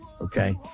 Okay